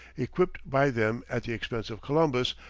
equipped by them at the expense of columbus,